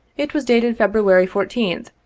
it was dated febru ary fourteenth,